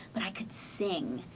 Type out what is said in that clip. but i could sing.